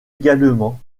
également